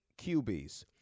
QBs